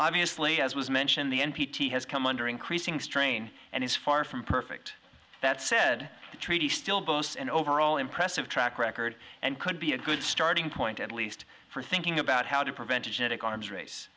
obviously as was mentioned the n p t has come under increasing strain and is far from perfect that said the treaty still boasts an overall impressive track record and could be a good starting point at least for thinking about how to prevent a genetic arms race